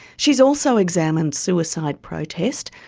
she's also examined suicide protest,